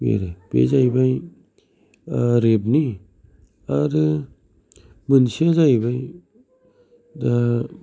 बे बे जाहैबाय रेफ नि आरो मोनसेया जाहैबाय